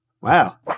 Wow